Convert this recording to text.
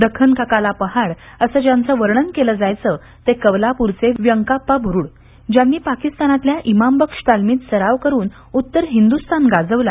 दखन का काला पहाड़ असं ज्यांचं वर्णन केलं जायचं ते कवलापूरचे व्यंकाप्पा ब्रुड ज्यांनी पाकीस्तानाल्या इमामबक्ष तालमीत सराव करुन उत्तर हिन्दुस्थान गाजवला